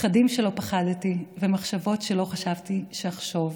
פחדים שלא פחדתי ומחשבות שלא חשבתי שאחשוב.